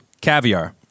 caviar